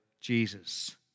Jesus